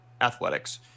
athletics